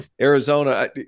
Arizona